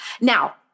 Now